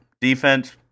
Defense